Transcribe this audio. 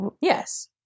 Yes